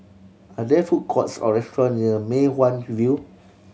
are there food courts or restaurant near Mei Hwan View